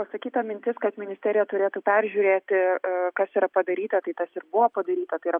pasakyta mintis kad ministerija turėtų peržiūrėti kas yra padaryta tai tas ir buvo padaryta tai yra